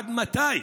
עד מתי?